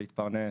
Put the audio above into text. להתפרנס,